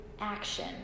action